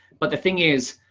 but the thing is,